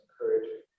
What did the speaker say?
encouraging